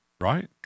right